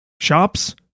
shops